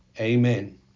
Amen